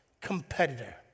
competitor